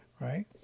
right